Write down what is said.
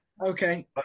Okay